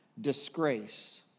disgrace